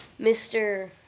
Mr